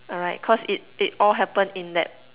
alright cause it it all happened in that